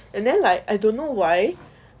and then like I don't know why